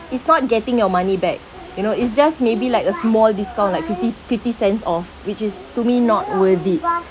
it's not getting your money back you know it's just maybe like a small discount like fifty fifty cents off which is to me not worth it